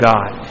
God